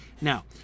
now